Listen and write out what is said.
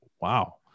Wow